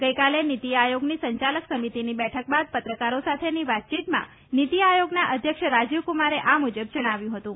ગઇકાલે નીતિ આયોગની સંચાલક સમિતીની બેઠક બાદ પત્રકારો સાથેની વાતયીતમાં નીતિઆયોગના અધ્યક્ષ રાજીવકુમારે આ મુજબ જણાવ્યું હતું